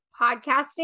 podcasting